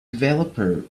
developer